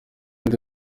ndi